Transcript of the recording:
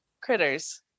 critters